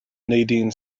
nadine